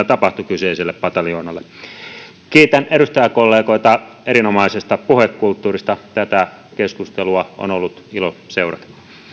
tapahtui kyseiselle pataljoonalle kiitän edustajakollegoita erinomaisesta puhekulttuurista tätä keskustelua on ollut ilo seurata